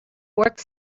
work